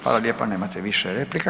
Hvala lijepa, nemate više replika.